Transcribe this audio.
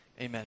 amen